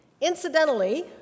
Incidentally